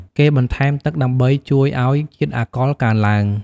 គេបន្ថែមទឹកដើម្បីជួយឱ្យជាតិអាល់កុលកើនឡើង។